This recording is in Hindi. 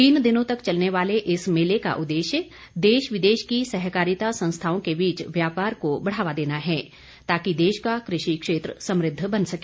तीन दिनों तक चलने वाले इस मेले का उद्देश्य देश विदेश की सहकारिता संस्थाओं के बीच व्यापार को बढ़ावा देना है ताकि देश का कृषि क्षेत्र समृद्ध बन सके